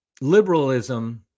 liberalism